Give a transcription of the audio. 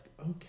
okay